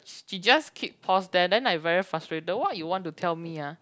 she just keep pause there then I very frustrated what you want to tell me ah